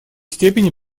степени